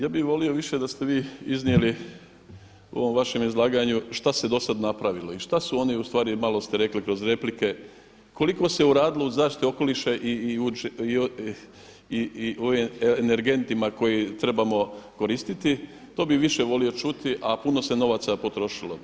Ja bih volio više da ste vi iznijeli u ovom vašem izlaganju šta se do sad napravilo i šta su oni u stvari malo ste rekli kroz replike koliko se uradilo u zaštiti okoliša i ovim energentima koje trebamo koristiti to bih više volio čuti, a puno se novaca potrošilo.